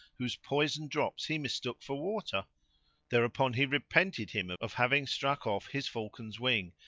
whose poison drops he mistook for water thereupon he repented him of having struck off his falcon's wing,